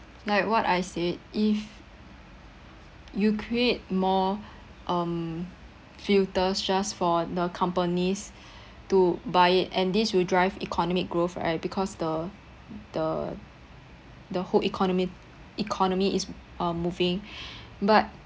like what I said if you create more um filters just for the companies to buy it and this will drive economic growth right because the the the whole economic economy is uh moving but